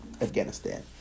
Afghanistan